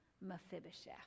Mephibosheth